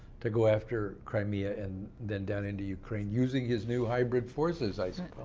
to go after crimea and then down into ukraine, using his new hybrid forces, i